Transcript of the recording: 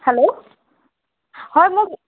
hello হয় মোক